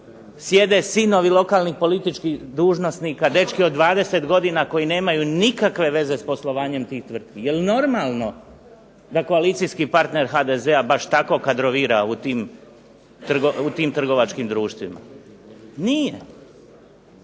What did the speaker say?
sjede sinovi lokalnih političkih dužnosnika, dečki od 20 godina koji nemaju nikakve veze sa poslovanjem tih tvrtki? Jel` normalno da koalicijski partner HDZ-a baš tako kadrovira u tim trgovačkim društvima? Nije.